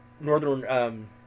Northern